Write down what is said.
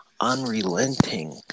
unrelenting